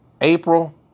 April